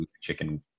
chicken